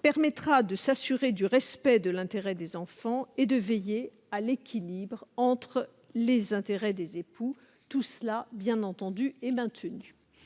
permettra de s'assurer du respect de l'intérêt des enfants et de veiller à l'équilibre entre les intérêts des époux. Tout cela, bien entendu, est maintenu.